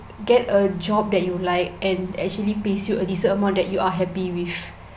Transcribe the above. get a job that you like and actually pays you a decent amount that you are happy with